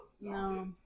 No